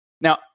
Now